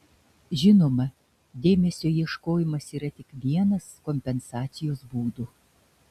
žinoma dėmesio ieškojimas yra tik vienas kompensacijos būdų